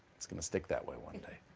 going to stick that way one day.